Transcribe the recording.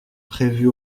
prévue